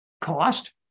Cost